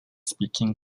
speaking